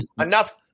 enough